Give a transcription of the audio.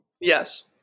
Yes